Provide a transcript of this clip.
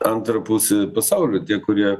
antrą pusę pasaulio tie kurie